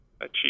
achieve